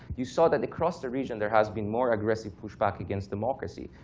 you saw that across the region there has been more aggressive pushback against democracy.